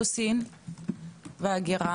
איך זה נראה,